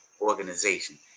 organization